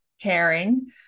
caring